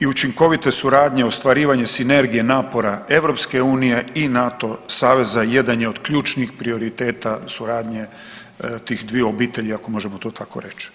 i učinkovite suradnje, ostvarivanje sinergije napora EU-a i NATO-a saveza jedan je od ključnih prioriteta suradnje tih dviju obitelji, ako možemo to tako reći.